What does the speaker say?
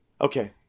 Okay